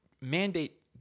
mandate